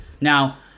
Now